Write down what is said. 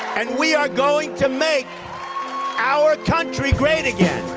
and we are going to make our country great again